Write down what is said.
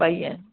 पेई आहिनि